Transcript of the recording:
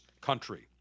country